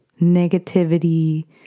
negativity